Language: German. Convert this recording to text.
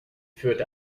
führte